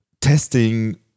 testing